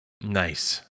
Nice